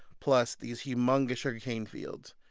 plus these humongous sugar cane fields,